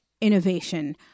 innovation